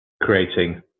Creating